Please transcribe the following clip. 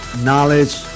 knowledge